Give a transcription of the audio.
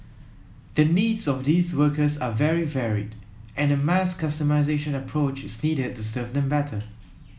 the needs of these workers are very varied and a mass customisation approach is needed to serve them better